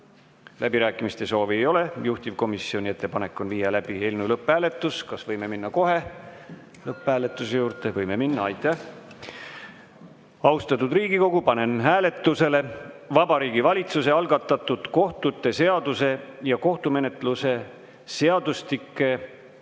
Läbirääkimiste soovi ei ole. Juhtivkomisjoni ettepanek on viia läbi eelnõu lõpphääletus. Kas võime minna kohe lõpphääletuse juurde? Võime minna. Aitäh! Austatud Riigikogu, panen hääletusele Vabariigi Valitsuse algatatud kohtute seaduse ja kohtumenetluse seadustike muutmise